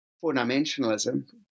four-dimensionalism